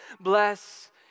bless